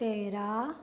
तेरा